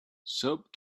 soap